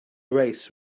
race